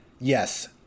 Yes